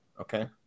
Okay